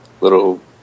little